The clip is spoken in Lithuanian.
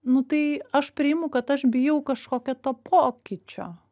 nu tai aš priimu kad aš bijau kažkokio to pokyčio